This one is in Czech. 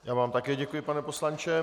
Já vám také děkuji, pane poslanče.